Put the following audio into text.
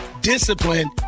discipline